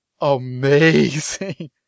amazing